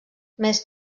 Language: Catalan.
més